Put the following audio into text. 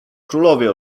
królowie